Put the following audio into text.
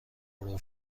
پرو